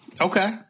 Okay